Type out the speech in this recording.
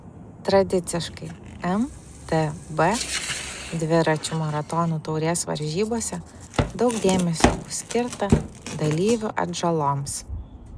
tradiciškai mtb dviračių maratonų taurės varžybose daug dėmesio bus skirta dalyvių atžaloms